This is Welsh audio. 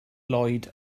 lloyd